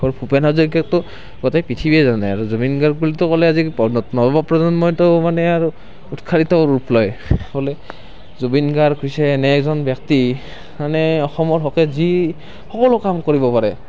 আৰু ভূপেন হাজৰিকাকতো গোটেই পৃথিৱীয়ে জানে আৰু জুবিন গাৰ্গ বুলিতো ক'লে আজি নৱ প্ৰজন্ময়েতো মানে আৰু উৎসাহিত ৰূপ লয় জুবিন গাৰ্গ হৈছে এনে এজন ব্যক্তি মানে অসমৰ হকে যি সকলো কাম কৰিব পাৰে